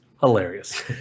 hilarious